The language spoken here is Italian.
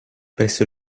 presso